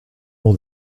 all